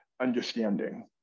understanding